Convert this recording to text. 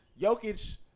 Jokic